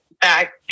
back